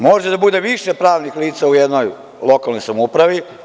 Može da bude više pravnih licau jednoj lokalnoj samoupravi.